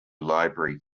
library